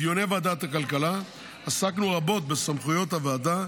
בדיוני ועדת הכלכלה עסקנו רבות בסמכויות הוועדה,